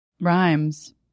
rhymes